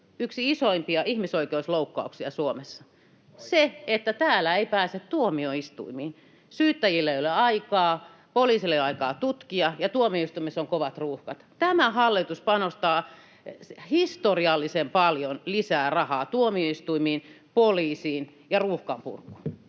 yksi isoimpia ihmisoikeusloukkauksia Suomessa. Se, että täällä ei pääse tuomioistuimiin. Syyttäjillä ei ole aikaa, poliiseilla ei ole aikaa tutkia ja tuomioistuimissa on kovat ruuhkat. Tämä hallitus panostaa historiallisen paljon lisää rahaa tuomioistuimiin, poliisiin ja ruuhkan purkuun,